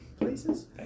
places